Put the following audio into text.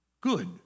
good